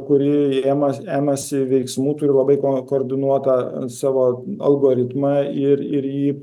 kuri imasi imasi veiksmų turi labai ko koordinuotą savo algoritmą ir ir jį